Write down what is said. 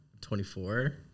24